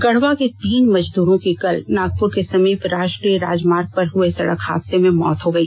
गढ़वा के तीन मजदूरों की कल नागपुर के समीप राष्ट्रीय राजमार्ग पर हुए सड़क हादसे में मौत हो गई